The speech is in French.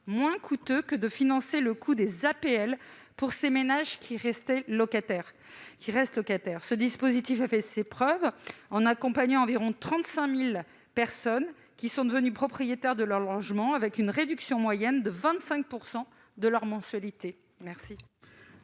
moins coûteux que de financer les APL pour ces ménages restant locataires. Ce dispositif a fait ses preuves, en accompagnant environ 35 000 personnes qui sont devenues propriétaires de leur logement avec une réduction moyenne de 25 % de leurs mensualités.